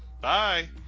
Bye